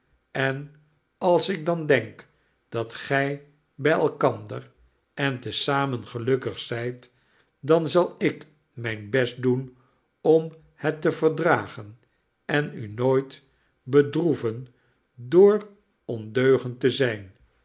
en als ik dan denk dat gij bij elkander en te zamen gelukkig zijt dan zal ik mijn best doen om het te verdragen en u nooit bedroeven door ondeugend te zijn